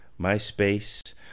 MySpace